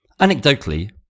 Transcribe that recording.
Anecdotally